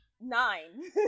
nine